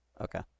Okay